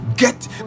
Get